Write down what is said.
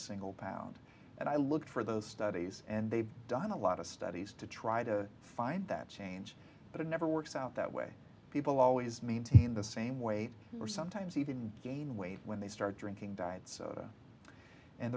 single pound and i looked for those studies and they've done a lot of studies to try to find that change but it never works out that way people always maintain the same way or sometimes even gain weight when they start drinking diet soda and